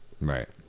right